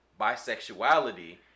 bisexuality